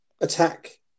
attack